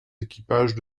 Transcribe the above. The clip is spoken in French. équipages